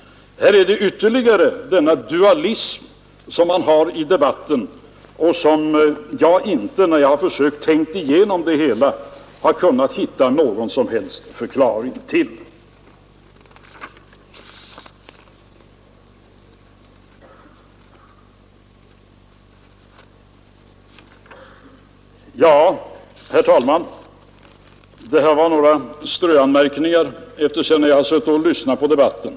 Här finner vi återigen denna dualism som man uppvisar i debatten och som jag inte, när jag har försökt tänka igenom det hela, har kunnat hitta någon som helst förklaring till. 6i Herr talman! Det här var några anmärkningar som jag ville göra efter att ha suttit och lyssnat på debatten.